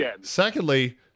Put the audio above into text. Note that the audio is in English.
secondly